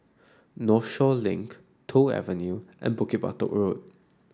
Northshore Link Toh Avenue and Bukit Batok Road